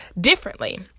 differently